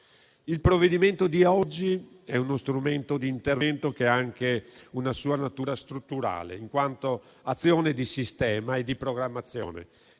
Il provvedimento di oggi è uno strumento di intervento che ha anche una sua natura strutturale, in quanto azione di sistema e di programmazione